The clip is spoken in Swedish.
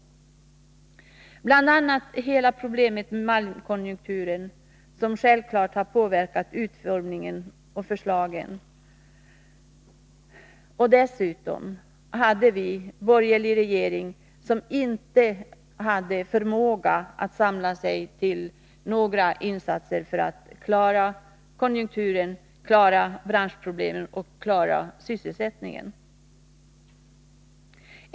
Bl. a. har vi hela problemet med malmkonjunkturen, som självfallet har påverkat utformningen och förslagen. Dessutom hade vi en borgerlig regering, som inte hade förmågan att samla sig till några insatser för att klara konjunkturen, branschproblemen och sysselsättningen.